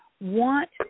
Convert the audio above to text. want